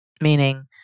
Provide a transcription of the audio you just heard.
Meaning